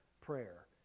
prayer